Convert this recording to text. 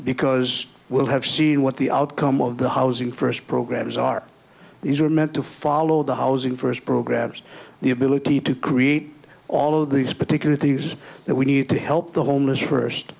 because we'll have seen what the outcome of the housing first programs are these are meant to follow the housing first programs the ability to create all of these particular these that we need to help the homeless first